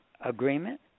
agreement